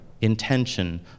intention